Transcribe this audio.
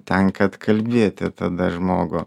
tenka atkalbėti tada žmogų